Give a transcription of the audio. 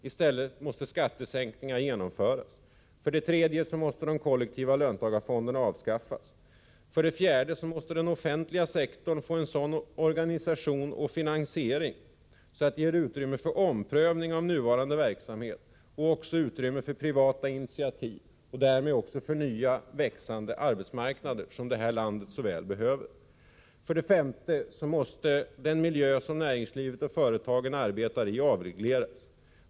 I stället måste skattesänkningar genomföras. 3. De kollektiva löntagarfonderna måste avskaffas. 4. Den offentliga sektorn måste få en sådan organisation och finansiering att det ges utrymme för omprövning av nuvarande verksamhet och för privata initiativ och därmed för nya växande arbetsmarknader, som detta land så väl behöver. 5. Den miljö som näringslivet och företagen arbetar i måste avregleras.